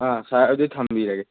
ꯑ ꯁꯥꯔ ꯑꯗꯨꯗꯤ ꯊꯝꯕꯤꯔꯒꯦ